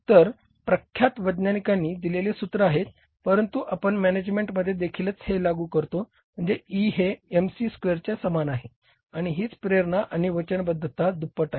तर हे प्रख्यात वैज्ञानिकांनी दिलेलेले सूत्र आहे परंतु आपण मॅनेजमेंटमध्ये देखील हेच लागू करतो म्हणजे E हे MC स्क्वेअरच्या समान आहे आणि हीच प्रेरणा आणि वचनबद्धता दुप्पट आहे